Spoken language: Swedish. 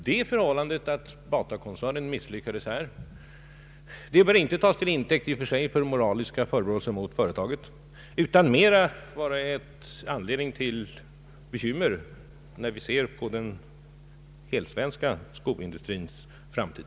Det förhållandet, att Batakoncernen har misslyckats här, bör inte tas till intäkt för moraliska förebråelser mot företaget, utan snarare ge anledning till bekymmer beträffande den helt svenska skoindustrins framtid.